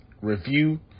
review